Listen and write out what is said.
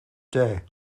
day